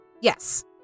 yes